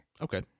Okay